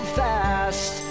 fast